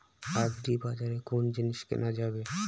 আগ্রিবাজারে কোন জিনিস কেনা যাবে?